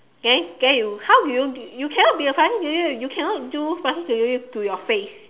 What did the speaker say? then then you how do you you cannot be a plastic surgeon you cannot do plastic surgery to your face